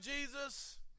Jesus